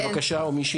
בבקשה.